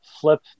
Flip